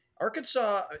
Arkansas